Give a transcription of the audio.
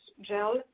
gel